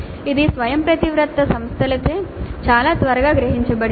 ఇది స్వయంప్రతిపత్త సంస్థలచే చాలా త్వరగా గ్రహించబడింది